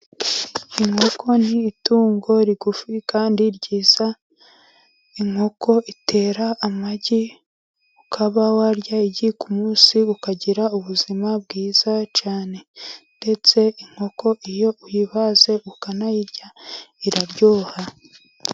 Inkoko ni itungo rigufi kandi ryiza, inkoko itera amagi, ukaba warya igi ku munsi, ukagira ubuzima bwiza cyane ndetse inkoko iyo uyibaze ukanayirya iraryoha.